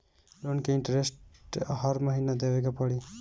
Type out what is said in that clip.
Loan के interest हर महीना देवे के पड़ी?